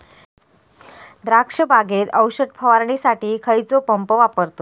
द्राक्ष बागेत औषध फवारणीसाठी खैयचो पंप वापरतत?